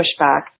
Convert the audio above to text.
pushback